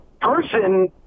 person